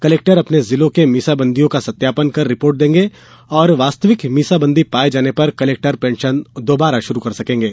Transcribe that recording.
collector अपने जिलों के मीसा बंदियों का सत्यापन कर रिपोर्ट देंगे और वास्तविक मीसाबंदी पाये जाने पर कलेक्टर पेंशन दोबारा शुरू कर सकेंगे